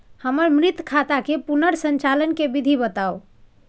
हमर मृत खाता के पुनर संचालन के विधी बताउ?